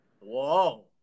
Whoa